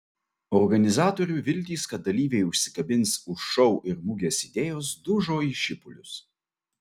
organizatorių viltys kad dalyviai užsikabins už šou ir mugės idėjos dužo į šipulius